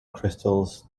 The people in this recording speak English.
crystals